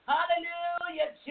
Hallelujah